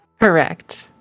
Correct